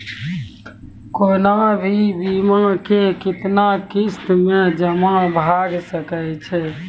कोनो भी बीमा के कितना किस्त मे जमा भाय सके छै?